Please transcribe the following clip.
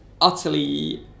utterly